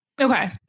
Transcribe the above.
Okay